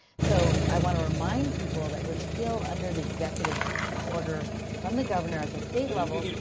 so i want to remind people that we're still under the executive order from the governor at the state level.